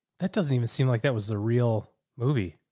that doesn't even seem like that was the real movie.